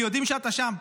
כי יודעים שאתה שם.